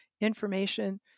information